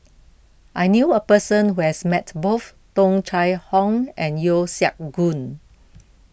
I knew a person who has met both Tung Chye Hong and Yeo Siak Goon